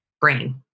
brain